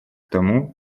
тому